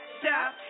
stop